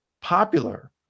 popular